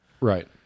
right